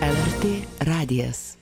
lrt radijas